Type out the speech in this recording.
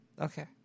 Okay